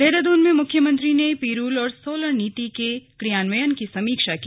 देहरादून में मुख्यमंत्री ने पिरूल और सोलर नीति के क्रियान्वयन की समीक्षा की